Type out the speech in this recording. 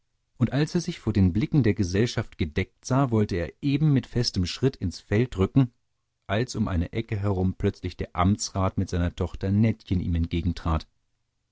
und als er sich vor den blicken der gesellschaft gedeckt sah wollte er eben mit festen schritten ins feld rücken als um eine ecke herum plötzlich der amtsrat mit seiner tochter nettchen ihm